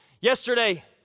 Yesterday